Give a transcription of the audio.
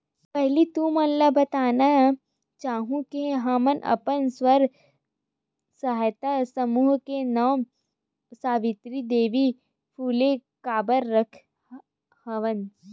पहिली तुमन ल बताना चाहूँ के हमन अपन स्व सहायता समूह के नांव सावित्री देवी फूले काबर रखे हवन